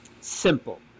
simple